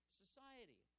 society